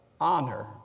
honor